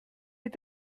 est